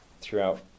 throughout